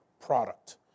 product